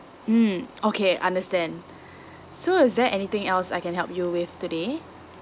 mmhmm okay understand so is there anything else I can help you with today